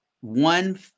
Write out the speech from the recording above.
One